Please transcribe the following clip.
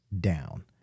down